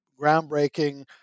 groundbreaking